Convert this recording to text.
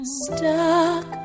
stuck